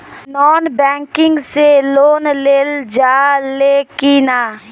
Non banking से loan लेल जा ले कि ना?